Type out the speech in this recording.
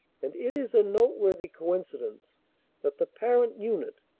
and it is a noteworthy coincidence that the parent unit,